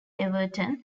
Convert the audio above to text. everton